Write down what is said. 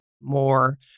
more